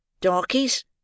darkies